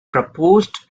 proposed